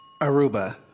Aruba